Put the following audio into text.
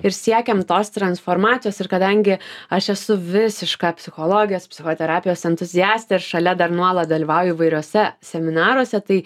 ir siekiam tos transformacijos ir kadangi aš esu visiška psichologijos psichoterapijos entuziastė ir šalia dar nuolat dalyvauju įvairiuose seminaruose tai